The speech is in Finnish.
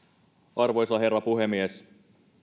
arvoisa herra puhemies